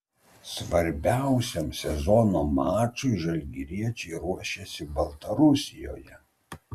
svarbiausiam sezono mačui žalgiriečiai ruošiasi baltarusijoje